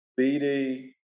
BD